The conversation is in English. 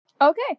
Okay